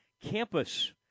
Campus